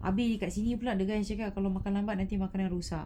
habis kat sini pula the guy cakap kalau makan lambat nanti makanan rosak